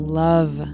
love